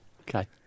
okay